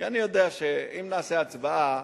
כי אני יודע שאם נעשה הצבעה,